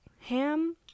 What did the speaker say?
Ham